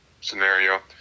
scenario